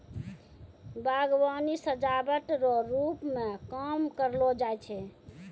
बागवानी सजाबट रो रुप मे काम करलो जाय छै